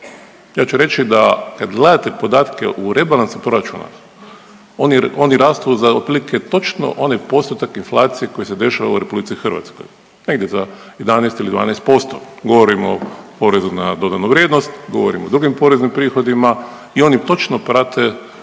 Ja ću reći da kad gledate podatke u rebalansu proračuna oni, oni rastu za otprilike točno onaj postotak inflacije koji se dešava u RH, negdje za 11 ili 12%, govorimo o PDV-u, govorimo o drugim poreznim prihodima i oni točno prate